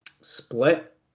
split